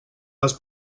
les